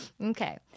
Okay